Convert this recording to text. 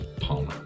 Palmer